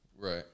Right